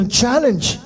challenge